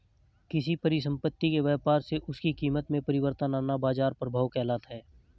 किसी परिसंपत्ति के व्यापार से उसकी कीमत में परिवर्तन आना बाजार प्रभाव कहलाता है